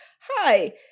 hi